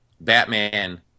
Batman